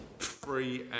Free